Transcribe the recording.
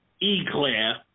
Eclair